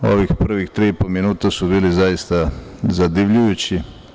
Ovih prvih tri i po minuta su bili zaista zadivljujući.